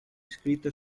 scritta